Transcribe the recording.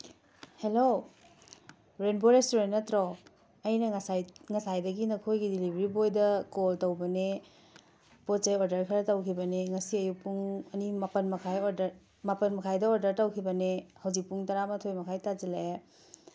hello rainbow restaurant ꯅꯠꯇ꯭ꯔꯣ ꯑꯩꯅ ꯉꯁꯥꯏ ꯉꯁꯥꯏꯗꯒꯤ ꯅꯈꯣꯏꯒꯤ ꯗꯤꯂꯤꯚ꯭ꯔꯤ ꯕꯣꯏꯗ ꯀꯣꯜ ꯇꯧꯕꯅꯦ ꯄꯣꯠ ꯆꯩ ꯑꯣꯔꯗꯔ ꯈꯔ ꯇꯧꯒꯤꯕꯅꯤ ꯉꯁꯤ ꯑꯌꯨꯛ ꯄꯨꯡ ꯃꯥꯄꯜ ꯃꯈꯥꯏꯗ ꯑꯣꯔꯗꯔ ꯇꯧꯈꯤꯕꯅꯤ ꯍꯧꯖꯤꯛ ꯄꯨꯡ ꯇꯔꯥꯃꯥꯊꯣꯏ ꯃꯈꯥꯏ ꯇꯥꯁꯤꯜꯂꯛꯑꯦ